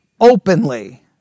openly